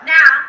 Now